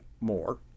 more